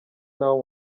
n’abo